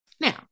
Now